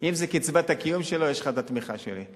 אם זאת קצבת הקיום שלו, יש לך את התמיכה שלי.